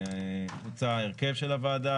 הוצע ההרכב של הוועדה.